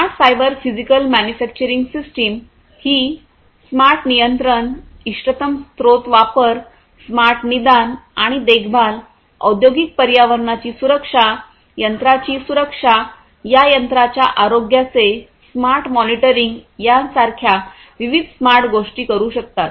smart cyber physical manufacturing system ही smart नियंत्रण इष्टतम स्त्रोत वापर स्मार्ट निदान आणि देखभाल औद्योगिक पर्यावरणाची सुरक्षा यंत्रांची सुरक्षा या यंत्रांच्या आरोग्याचे स्मार्ट मॉनिटरिंग यासारख्या विविध स्मार्ट गोष्टी करू शकतात